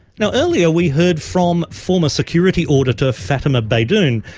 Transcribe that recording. now, earlier we heard from former security auditor fatemah beydoun,